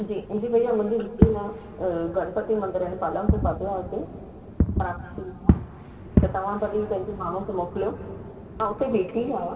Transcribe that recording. जी मुंहिंजी भैया मुंहिंजी गाॾी न अ गणपती मंदर ऐं पालमपुर फाटो आहे हिते ख़राबु थी वेई आहे त तव्हां भली पंहिंजे माण्हुनि खे मोकिलियो मां उते बीठी ई आहियां